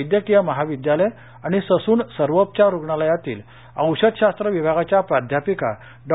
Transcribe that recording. वैद्यकीय महाविद्यालय आणि ससून सर्वोपचार रुग्णालयातील औषधशास्त्र विभागाच्या प्राध्यापिका डॉ